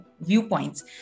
viewpoints